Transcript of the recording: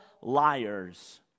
liars